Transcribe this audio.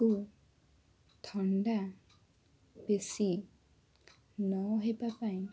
କୁ ଥଣ୍ଡା ବେଶି ନ ହେବାପାଇଁ